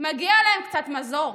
מגיע להם קצת מזור.